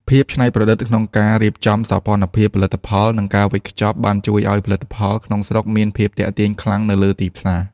ភាពច្នៃប្រឌិតក្នុងការរៀបចំសោភ័ណភាពផលិតផល និងការវេចខ្ចប់ បានជួយឱ្យផលិតផលក្នុងស្រុកមានភាពទាក់ទាញខ្លាំងនៅលើទីផ្សារ។